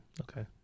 okay